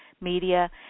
media